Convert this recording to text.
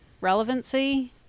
Relevancy